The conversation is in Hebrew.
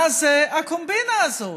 מה זה הקומבינה הזאת?